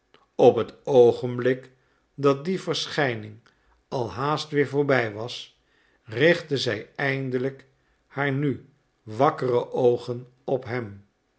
op het oogenblik dat die verschijning al haast weer voorbij was richtte zij eindelijk haar nu wakkere oogen op hem